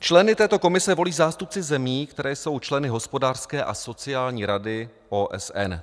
Členy této komise volí zástupci zemí, které jsou členy Hospodářské a sociální rady OSN.